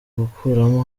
gukuramo